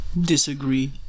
Disagree